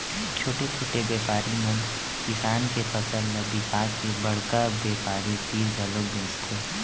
छोटे छोटे बेपारी मन किसान के फसल ल बिसाके बड़का बेपारी तीर घलोक बेचथे